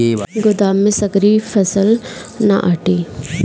गोदाम में सगरी फसल ना आटी